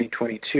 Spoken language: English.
2022